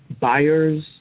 buyers